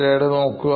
slide നോക്കുക